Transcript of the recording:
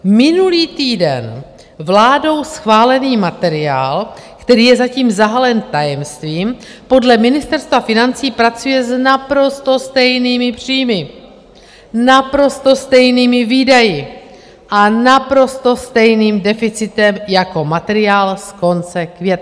Minulý týden vládou schválený materiál, který je zatím zahalen tajemstvím, podle Ministerstva financí pracuje s naprosto stejnými příjmy, naprosto stejnými výdaji a naprosto stejným deficitem jako materiál z konce května.